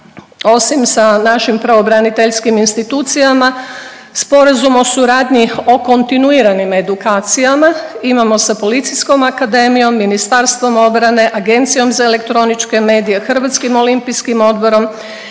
osim sa našim pravobraniteljskim institucijama. Sporazum o suradnji o kontinuiranim edukacijama, imamo sa Policijskom akademijom, Ministarstvom obrane, Agencijom za elektroničke medije, Hrvatskim olimpijskim odborom